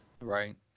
Right